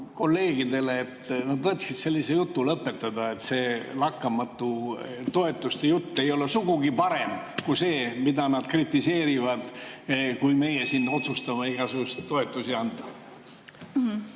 kolleegidele, et nad võiksid sellise jutu lõpetada, et see lakkamatu toetuste jutt ei ole sugugi parem kui see, kui nad kritiseerivad, kui meie siin otsustame igasuguseid toetusi anda?